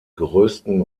größten